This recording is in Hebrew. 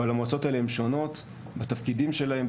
אבל המועצות האלה הן שונות בתפקידים שלהן,